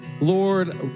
Lord